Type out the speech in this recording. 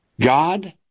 god